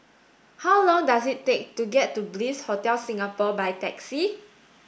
how long does it take to get to Bliss Hotel Singapore by taxi